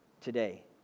today